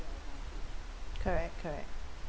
correct correct